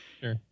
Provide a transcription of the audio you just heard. sure